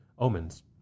Omens